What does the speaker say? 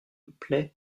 plait